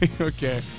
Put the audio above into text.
okay